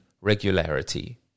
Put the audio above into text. regularity